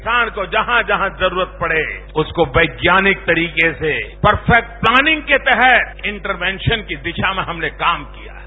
किसान को जहॉ जहॉ जरूरत पडे उसको वैज्ञानिक तरिके से परफेक्ट प्लॅनिंक के तहेत इंटर मिशन के दिशा मे हमने काम किया है